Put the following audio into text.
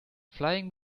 flying